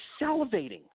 salivating